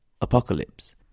Apocalypse